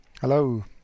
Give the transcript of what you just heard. hello